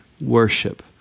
worship